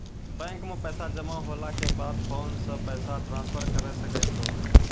bank मे पैसा जमा होला के बाद फोन से पैसा ट्रांसफर करै सकै छौ